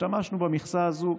השתמשנו במכסה הזאת,